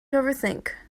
overthink